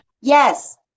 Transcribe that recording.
Yes